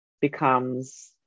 becomes